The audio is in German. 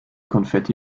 konfetti